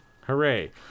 Hooray